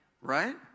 Right